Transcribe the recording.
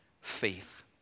faith